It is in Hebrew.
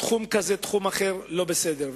תחום כזה, תחום אחר, הוא לא בסדר.